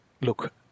Look